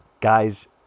Guys